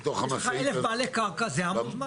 יש לך 1,00 בעלי קרקע, זה המון זמן.